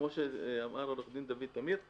כפי שאמר עו"ד תמיר,